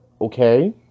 okay